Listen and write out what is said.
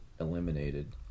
eliminated